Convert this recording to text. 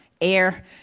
air